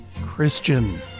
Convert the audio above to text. Christian